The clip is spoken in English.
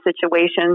situations